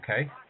okay